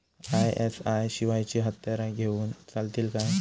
ISI शिवायची हत्यारा घेऊन चलतीत काय?